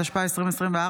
התשפ"ה 2024,